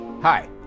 Hi